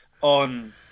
on